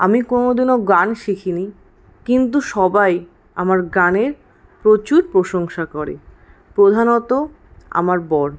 আমি কোনো দিনও গান শিখিনি কিন্তু সবাই আমার গানের প্রচুর প্রশংসা করে প্রধানত আমার বর